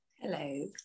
Hello